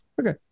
okay